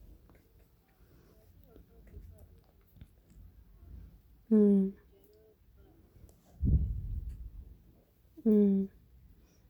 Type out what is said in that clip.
mm